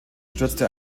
stürzte